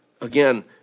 again